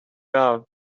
out